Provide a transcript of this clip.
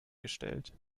gestellt